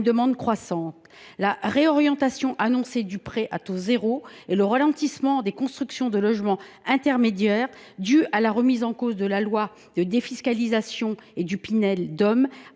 demande croissante. La réorientation annoncée du prêt à taux zéro et le ralentissement des constructions de logements intermédiaires, dû à la remise en cause de la loi de défiscalisation et du dispositif